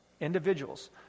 Individuals